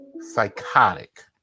psychotic